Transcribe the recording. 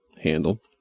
handle